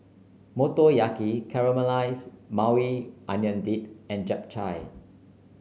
Motoyaki Caramelized Maui Onion Dip and Japchae